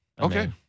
Okay